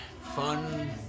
fun